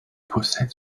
possède